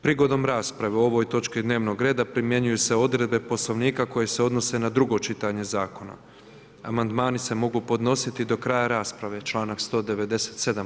Prigodom rasprave o ovoj točki dnevnog reda primjenjuju se odredbe Poslovnika koje se odnose na drugo čitanje zakona, amandmani se mogu podnositi do kraja rasprave članak 197.